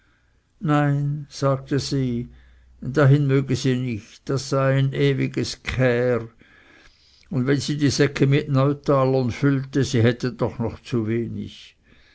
nein sagte sie dahin möge sie nicht da sei ein ewiges gchär und wenn sie die säcke mit neutalern füllte sie hätte doch noch zu wenig